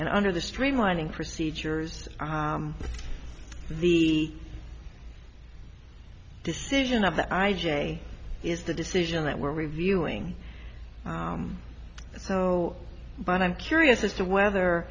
and under the streamlining procedures the decision of the i j a is the decision that we're reviewing so but i'm curious as to whether